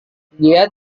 dia